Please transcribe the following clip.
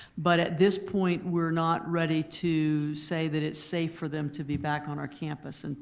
but at this point we're not ready to say that it's safe for them to be back on our campus. and